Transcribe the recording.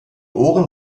ohren